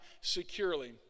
securely